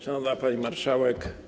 Szanowna Pani Marszałek!